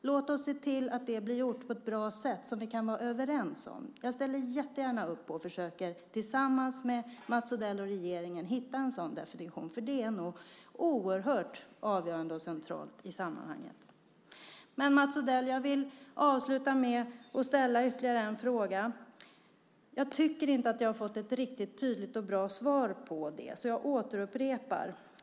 Låt oss se till att det blir gjort på ett bra sätt som vi kan vara överens om. Jag ställer jättegärna upp och försöker hitta en sådan definition tillsammans med Mats Odell och regeringen, för det är nog oerhört avgörande och centralt i sammanhanget. Mats Odell! Jag vill avsluta med att ställa ytterligare en fråga. Jag tycker inte att jag har fått ett riktigt tydligt och bra svar på detta, så jag återupprepar det.